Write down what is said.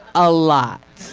a lot